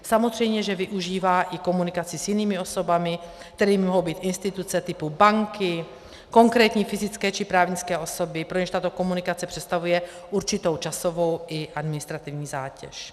Samozřejmě že využívá i komunikaci s jinými osobami, kterými mohou být instituce typu banky, konkrétní fyzické či právnické osoby, pro něž tato komunikace představuje určitou časovou i administrativní zátěž.